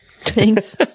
Thanks